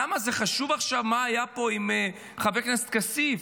למה זה חשוב עכשיו מה היה פה עם חבר הכנסת כסיף?